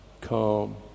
calm